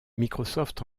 microsoft